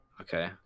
Okay